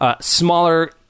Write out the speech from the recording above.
smaller